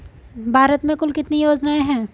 भारत में कुल कितनी योजनाएं हैं?